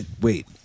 Wait